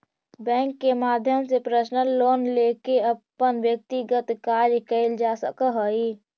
bank के माध्यम से पर्सनल लोन लेके अपन व्यक्तिगत कार्य कैल जा सकऽ हइ